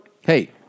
Hey